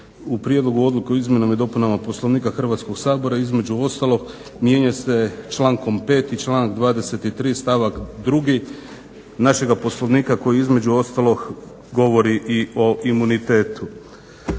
u prijedlogu odluke o izmjenama i dopunama Poslovnika Hrvatskog sabora između ostalog mijenja se člankom 5. i članak 23. stavak 2. našega Poslovnika koji između ostalog govori i o imunitetu.